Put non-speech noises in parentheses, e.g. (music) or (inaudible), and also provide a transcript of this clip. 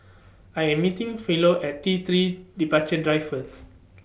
I Am meeting Philo At T three Departure Drive First (noise)